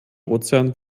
ozean